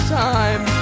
time